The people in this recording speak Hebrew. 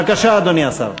בבקשה, אדוני השר.